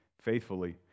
faithfully